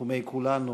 תנחומי כולנו,